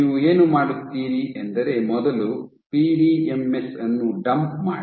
ನೀವು ಏನು ಮಾಡುತ್ತೀರಿ ಎಂದರೆ ಮೊದಲು ಪಿಡಿಎಂಎಸ್ ಅನ್ನು ಡಂಪ್ ಮಾಡಿ